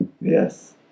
Yes